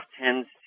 tends